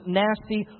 nasty